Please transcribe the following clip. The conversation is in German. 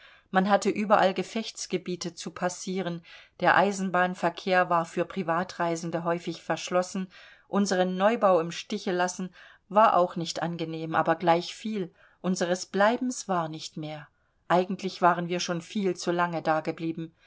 man hatte überall gefechtsgebiete zu passieren der eisenbahnverkehr war für privatreisende häufig verschlossen unseren neubau im stiche lassen war auch nicht angenehm aber gleichviel unseres bleibens war nicht mehr eigentlich waren wir schon viel zu lange dageblieben